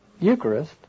Eucharist